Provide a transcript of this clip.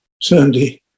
sunday